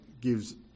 gives